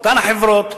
מאותן חברות,